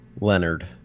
Leonard